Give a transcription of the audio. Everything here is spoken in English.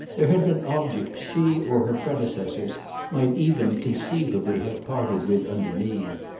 there had been objects she or her predecessors might even conceivably have parted with under need,